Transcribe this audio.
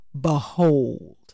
behold